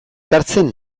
hartzen